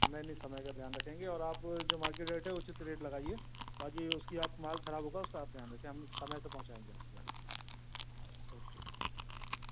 नहीं नहीं समय का ध्यान रखेंगे और आप जो मार्केट रेट है उसीसे रेट लगाइए बाकी उसकी आप माल ख़राब होगा उसका आप ध्यान रखें हम समय से पहुँचाएँगे आपकी गाड़ी ओके